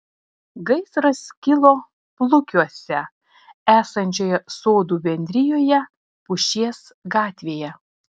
gaisras kilo plukiuose esančioje sodų bendrijoje pušies gatvėje